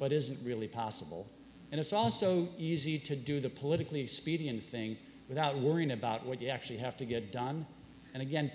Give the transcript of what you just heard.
but isn't really possible and it's also easy to do the politically expedient thing without worrying about what you actually have to get done and again